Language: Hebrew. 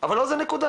אבל לא זו הנקודה.